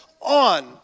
on